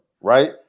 right